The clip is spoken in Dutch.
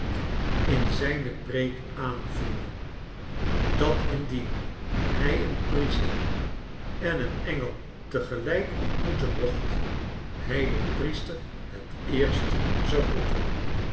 in zijne preek aanvoeren dat indien hij een priester en een engel tegelijk ontmoeten mocht hij den priester het eerst zou